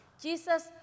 Jesus